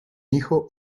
hijo